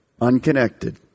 Unconnected